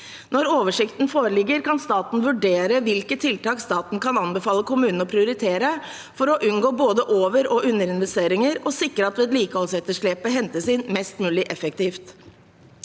Når oversikten foreligger, kan staten vurdere hvilke tiltak staten kan anbefale kommunene å prioritere for å unngå både overog underinvesteringer og sikre at vedlikeholdsetterslepet hentes inn mest mulig effektivt.